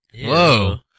Whoa